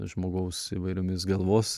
žmogaus įvairiomis galvos